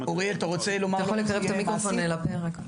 אוריאל, אתה רוצה לומר איך זה יהיה מעשית?